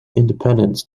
independence